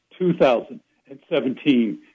2017